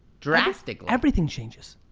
drastically. everything changes.